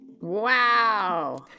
Wow